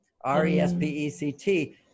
R-E-S-P-E-C-T